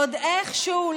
עוד איכשהו,